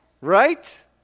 Right